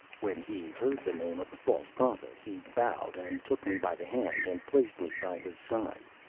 when he heard the name of the false prophet, he bowed and took me by the hand, and placed me by his side.